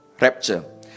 rapture